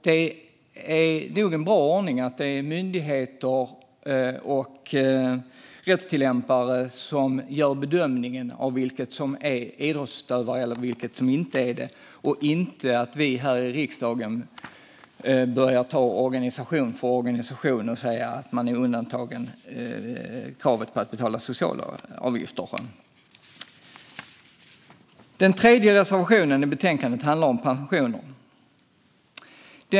Det är nog en bra ordning att det är myndigheter och rättstillämpare som bedömer vilka som är idrottsutövare eller inte, inte att vi i riksdagen organisation för organisation bestämmer vem som ska undantas från kravet på att betala socialavgifter. Den tredje reservationen i betänkandet handlar om pensioner.